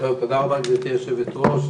תודה רבה, גברתי היושבת-ראש.